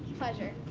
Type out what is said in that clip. pleasure.